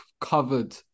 covered